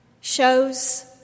shows